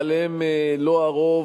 אבל הם לא הרוב,